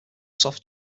soft